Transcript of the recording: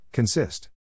Consist